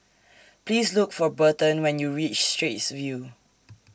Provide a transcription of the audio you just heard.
Please Look For Burton when YOU REACH Straits View